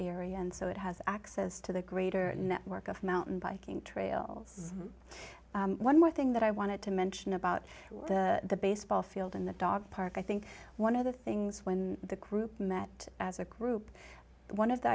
area and so it has access to the greater network of mountain biking trails is one more thing that i wanted to mention about the baseball field in the dog park i think one of the things when the group met as a group one of the